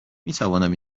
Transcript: میتوانم